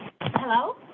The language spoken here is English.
Hello